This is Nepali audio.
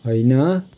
होइन